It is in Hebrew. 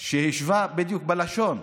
שהשווה, בדיוק, בלשון.